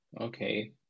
Okay